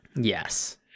Yes